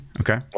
Okay